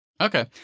Okay